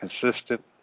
consistent